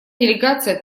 делегация